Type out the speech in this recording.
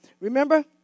Remember